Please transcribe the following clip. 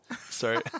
Sorry